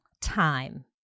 time